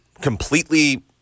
completely